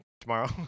tomorrow